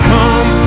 Come